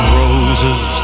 roses